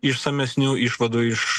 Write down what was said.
išsamesnių išvadų iš